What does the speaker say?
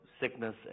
Sickness